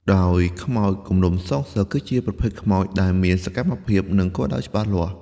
ដោយខ្មោចគំនុំសងសឹក គឺជាប្រភេទខ្មោចដែល មានសកម្មភាព និងគោលដៅច្បាស់លាស់។